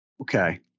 Okay